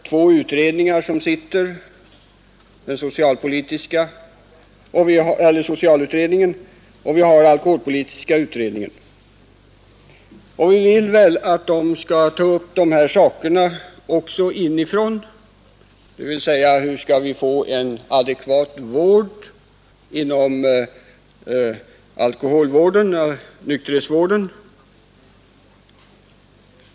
Två utredningar pågår — socialutredningen och alkoholpolitiska utredningen — och vi vill väl att de skall ta upp dessa saker också inifrån, dvs. undersöka hur vi skall få en adekvat nykterhetsvård.